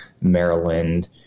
maryland